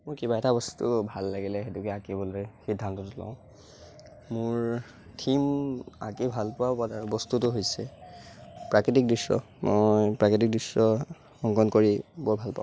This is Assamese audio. মোৰ কিবা এটা বস্তু ভাল লাগিলে সেইটোকে আঁকিবলৈ সিদ্ধান্তটো লওঁ মোৰ থিম আঁকি ভাল পোৱা বস্তুটো হৈছে প্ৰাকৃতিক দৃশ্য মই প্ৰাকৃতিক দৃশ্য অংকন কৰি বৰ ভালপাওঁ